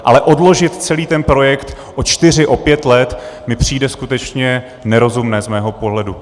Ale odložit celý ten projekt o čtyři, o pět let mi přijde skutečně nerozumné z mého pohledu.